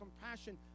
compassion